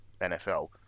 NFL